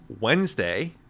Wednesday